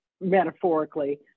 metaphorically